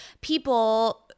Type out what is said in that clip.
People